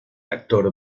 actor